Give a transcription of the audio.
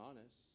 honest